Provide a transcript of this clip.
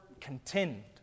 contend